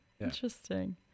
Interesting